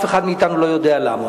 ואף אחד מאתנו לא יודע למה.